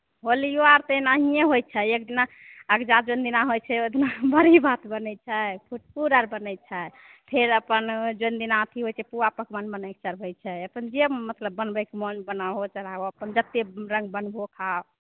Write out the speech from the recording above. होलियो आर तेनाहिये होइ छै एक दिना अगजा जोन दिना होइ छै ओहि दिना बरी भात बनै छै फुटकुर आर बनै छै फेर अपन जोन दिना अथी होइ छै पुआ पकमान बनैक सर छै अपन जे मतलब बनबैक मोन बनाहो चराहो अपन जत्ते रंग बन्भो खा